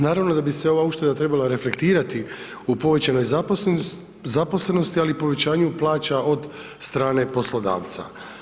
Naravno da bi se ova ušteda trebala reflektirati u povećanoj zaposlenosti ali i povećanjem plaća od strane poslodavca.